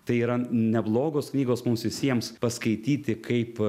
tai yra neblogos knygos mums visiems paskaityti kaip